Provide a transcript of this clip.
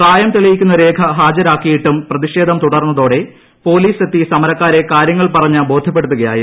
പ്രായം തെളിയിക്കുന്ന രേഖ ഹാജരാക്കിയിട്ടും പ്രതിഷേധം തുടർന്നതോടെ പോലീസെത്തി സമ രക്കാരെ കാര്യങ്ങൾ പറഞ്ഞു ബോധ്യപ്പെടുത്തുകയായിരുന്നു